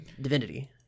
divinity